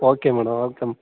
okay madam okay